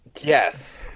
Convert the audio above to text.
Yes